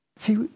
See